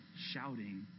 shouting